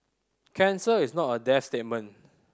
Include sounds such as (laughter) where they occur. cancer is not a death (unintelligible)